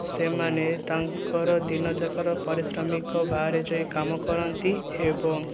ସେମାନେ ତାଙ୍କର ଦିନଯାକର ପାରିଶ୍ରମିକ ବାହାରେ ଯାଇ କାମ କରନ୍ତି ଏବଂ